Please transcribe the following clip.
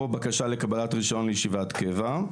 או בקשה לקבלת רישיון לישיבת קבע.